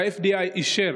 ה-FDA אישר